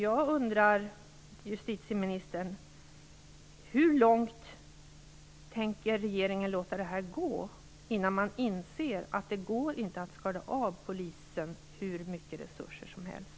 Jag undrar: Hur långt tänker regeringen låta det här gå innan man inser att det inte går att ta ifrån polisen hur mycket resurser som helst?